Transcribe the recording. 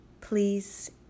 please